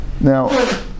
Now